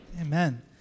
Amen